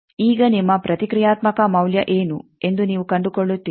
ಈಗ ನಿಮ್ಮ ಪ್ರತಿಕ್ರಿಯಾತ್ಮಕ ಮೌಲ್ಯ ಏನು ಎಂದು ನೀವು ಕಂಡುಕೊಳ್ಳುತ್ತೀರಿ